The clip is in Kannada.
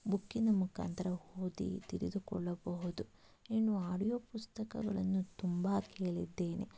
ಬುಕ್ಕಿನ ಮುಖಾಂತರ ಓದಿ ತಿಳಿದುಕೊಳ್ಳಬಹುದು ಇನ್ನು ಆಡಿಯೋ ಪುಸ್ತಕಗಳನ್ನು ತುಂಬ ಕೇಳಿದ್ದೇನೆ